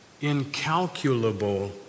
incalculable